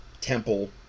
temple